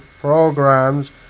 programs